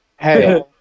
Hey